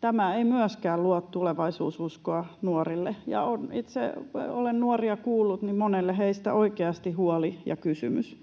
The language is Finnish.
Tämä ei myöskään luo tulevaisuususkoa nuorille. Ja itse olen nuoria kuullut, niin monella heistä on oikeasti huoli ja kysymys.